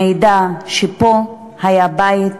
מעידה שפה היה בית,